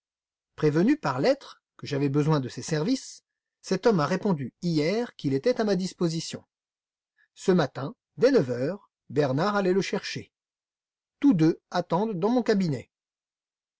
prévenu par lettre que j'avais besoin de ses services cet homme a répondu hier qu'il était à ma disposition ce matin dès neuf heures bernard allait le chercher tous deux attendent dans mon cabinet